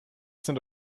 sind